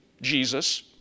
Jesus